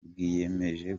rwiyemeje